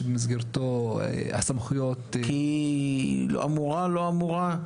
שבמסגרתו הסמכויות --- אמורה או לא אמורה,